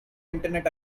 internet